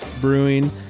Brewing